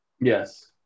yes